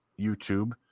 YouTube